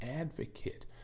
advocate